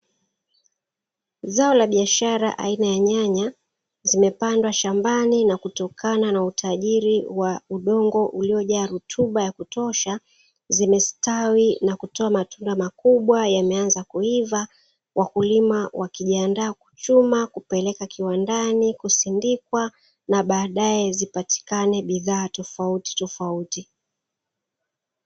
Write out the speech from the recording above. Zao la biashara aina ya nyanya zimepandwa shambani na kutokana, na utajiri wa udongo uliojaa rutuba ya kutosha zimestawi na kutoa, matunda makubwa yaliyoanza kuivaa na wakulima wakijiandaa, kuchuma na kupelekwa viwandani kusindikwa na baadae zipatikane bidhaa tofauti tofauti.